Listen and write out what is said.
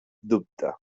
dubte